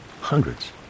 Hundreds